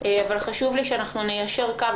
אבל חשוב לי שאנחנו ניישר קו,